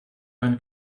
einen